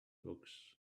books